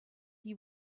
die